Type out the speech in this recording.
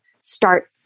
start